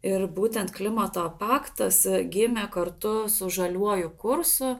ir būtent klimato paktas gimė kartu su žaliuoju kursu